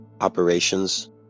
operations